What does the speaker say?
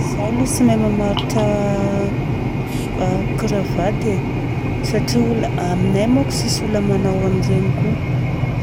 Izaho aloha tsy mahay mamatotra cravatte e satria olona aminay manko tsisy olona manao an'ireny koa.